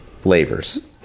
Flavors